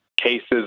cases